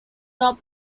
not